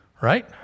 right